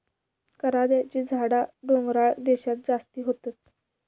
करांद्याची झाडा डोंगराळ देशांत जास्ती होतत